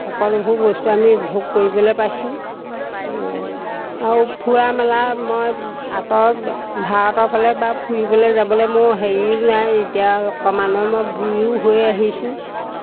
সকলোবোৰ বস্তু আমি ভোগ কৰিবলৈ পাইছোঁ আৰু ফুৰা মেলাত মই আঁতৰ ভাৰতৰ ফালে বা ফুৰিবলৈ যাবলৈ মোৰ হেৰিও নাই এতিয়া অকণমান মই বুঢ়ীও হৈ আহিছোঁ